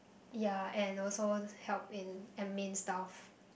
ya and also help in admin stuff